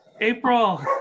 April